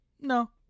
no